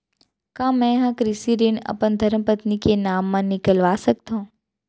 का मैं ह कृषि ऋण अपन धर्मपत्नी के नाम मा निकलवा सकथो?